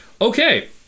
Okay